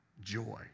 Joy